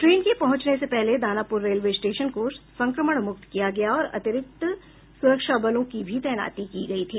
train के पहुंचने से पहले दानापुर रेलवे स्टेशन को संक्रमण मुक्त किया गया और अतिरिक्त सुरक्षा बलों की भी तैनाती की गयी थी